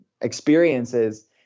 experiences